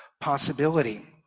possibility